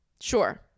sure